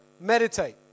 meditate